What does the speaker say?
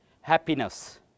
happiness